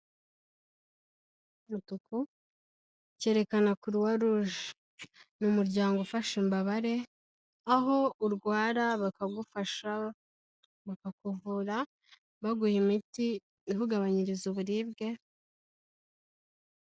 Umutuku cyerekana croix rouge. Ni umuryango ufasha imbabare, aho urwara bakagufasha, bakakuvura baguha imiti ikugabanyiriza uburibwe.